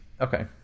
Okay